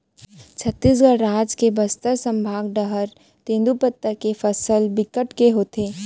छत्तीसगढ़ राज के बस्तर संभाग डहर तेंदूपत्ता के फसल बिकट के होथे